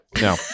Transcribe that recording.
No